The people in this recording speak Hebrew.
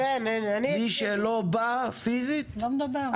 מי שלא בא פיזית לא מדבר.